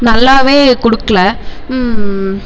நல்லாவே கொடுக்குல